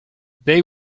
they